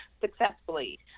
successfully